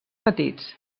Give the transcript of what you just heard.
petits